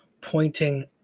pointing